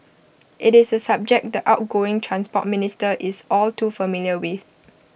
IT is A subject the outgoing Transport Minister is all too familiar with